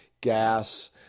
gas